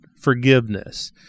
forgiveness